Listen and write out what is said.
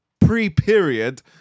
pre-period